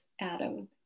Adam